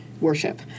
worship